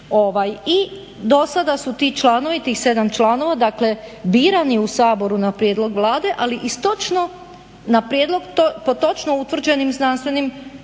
I do sada su ti članovi, tih 7 članova dakle birani u Saboru na prijedlog Vlade, ali iz točno na prijedlog po točno utvrđenim znanstvenim područjima